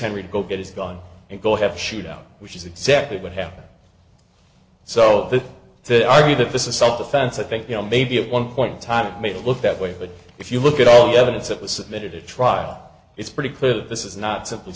henry go get his gun and go have shoot out which is exactly what happened so that the idea that this is self defense i think you know maybe at one point in time it may look that way but if you look at all the evidence that was submitted to trial it's pretty clear that this is not s